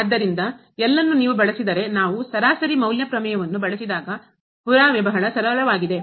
ಆದ್ದರಿಂದ ನೀವು ಬಳಸಿದರೆ ನಾವು ಸರಾಸರಿ ಮೌಲ್ಯ ಪ್ರಮೇಯವನ್ನು ಬಳಸಿದಾಗ ಪುರಾವೆ ಬಹಳ ಸರಳವಾಗುತ್ತದೆ